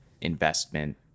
investment